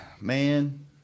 Man